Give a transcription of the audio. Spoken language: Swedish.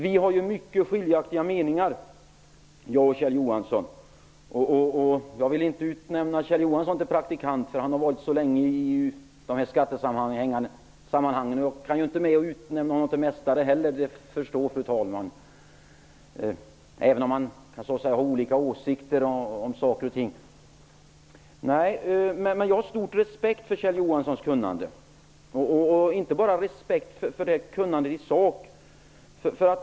Vi har ju mycket skiljaktiga meningar Kjell Johansson och jag. Jag vill inte utnämna Kjell Johansson till praktikant. Han har varit med så länge i dessa skattesammanhang. Och jag kan ju inte med att utnämna honom till mästare heller. Det förstår fru talman. Jag har stor respekt för Kjell Johanssons kunnande även om vi har olika åsikter om saker och ting. Jag har inte bara respekt för kunnandet i sak.